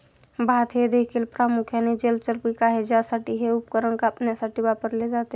भात हे देखील प्रामुख्याने जलचर पीक आहे ज्यासाठी हे उपकरण कापण्यासाठी वापरले जाते